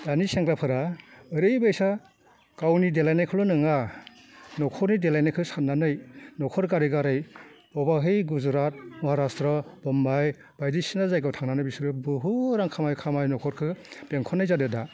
दानि सेंग्राफोरा ओरैबायसा गावनि देलायनायखौल' नङा नख'रनि देलायनायखौ सान्नानै नख'र गारै गारै बबेबा ओइ गुजरात महाराष्ट्र मुम्बाइ बायदिसिना जायगायाव थांनानै बिसोरो बुहुथ रां खामाय खामाय नख'रखो बेंखननाय जादों दा